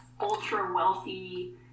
ultra-wealthy